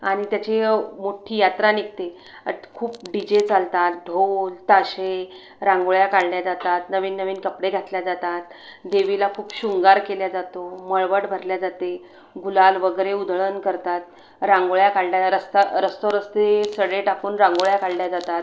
आणि त्याची यव मोठी यात्रा निघते खूप डीजे चालतात ढोल ताशे रांगोळ्या काढल्या जातात नवीननवीन कपडे घातल्या जातात देवीला खूप श्रुंगार केल्या जातो मळवट भरल्या जाते गुलाल वगैरे उधळून करतात रांगोळ्या काढल्या रस्ता रस्तोरस्ते सडे टाकून रांगोळ्या काढल्या जातात